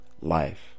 life